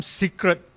secret